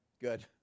good